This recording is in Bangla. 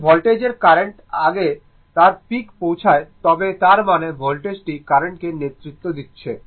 যদি ভোল্টেজ কার্রেন্টের আগে তার পিকে পৌঁছায় তবে তার মানে ভোল্টেজটি কার্রেন্ট কে নেতৃত্ব দিচ্ছে